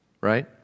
right